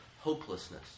hopelessness